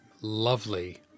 lovely